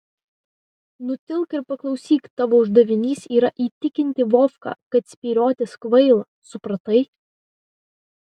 nutilk ir paklausyk tavo uždavinys yra įtikinti vovką kad spyriotis kvaila supratai